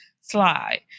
slide